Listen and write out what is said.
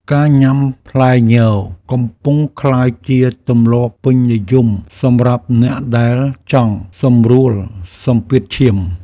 ការញ៉ាំផ្លែញ កំពុងក្លាយជាទម្លាប់ពេញនិយមសម្រាប់អ្នកដែលចង់សម្រួលសម្ពាធឈាម។